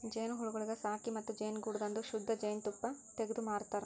ಜೇನುಹುಳಗೊಳಿಗ್ ಸಾಕಿ ಮತ್ತ ಜೇನುಗೂಡದಾಂದು ಶುದ್ಧ ಜೇನ್ ತುಪ್ಪ ತೆಗ್ದು ಮಾರತಾರ್